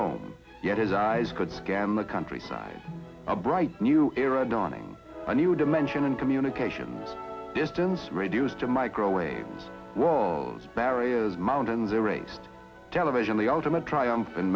home yet his eyes could scan the countryside a bright new era dawning a new dimension and communication distance reduced and microwaves walls barriers mountains erased television the ultimate triumph